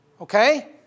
Okay